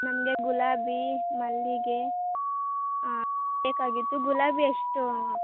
ನಮಗೆ ಗುಲಾಬಿ ಮಲ್ಲಿಗೆ ಬೇಕಾಗಿತ್ತು ಗುಲಾಬಿ ಎಷ್ಟು